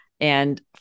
And-